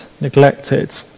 neglected